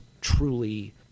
truly